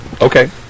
Okay